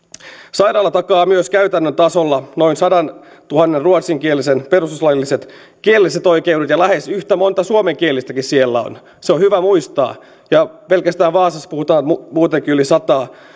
sairaala takaa myös käytännön tasolla noin sadantuhannen ruotsinkielisen perustuslailliset kielelliset oikeudet ja lähes yhtä monta suomenkielistäkin siellä on se on hyvä muistaa pelkästään vaasassa puhutaan muutenkin yli sataa